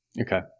Okay